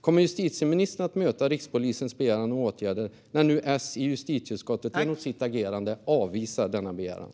Kommer justitieministern att möta rikspolischefens begäran om åtgärder, när nu S i justitieutskottet genom sitt agerande avvisar denna begäran?